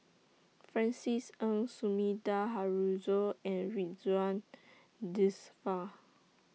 Francis Ng Sumida Haruzo and Ridzwan Dzafir